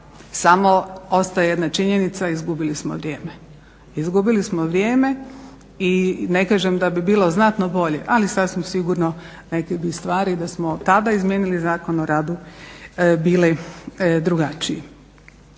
Samo ostaje jedna činjenica izgubili smo vrijeme i ne kažem da bi bilo znatno bolje ali sasvim sigurno neke bi stvari da smo tada izmijenili Zakon o radu bile drugačije.